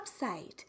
website